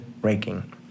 breaking